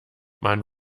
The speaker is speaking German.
man